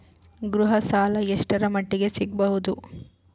ಗೃಹ ಸಾಲ ಎಷ್ಟರ ಮಟ್ಟಿಗ ಸಿಗಬಹುದು?